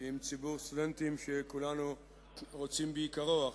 עם ציבור סטודנטים שכולנו רוצים ביקרו.